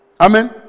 Amen